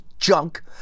junk